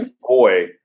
boy